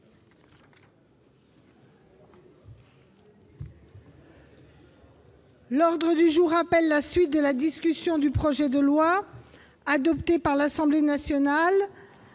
L'ordre du jour appelle la suite de la discussion du projet de loi, adopté par l'Assemblée nationale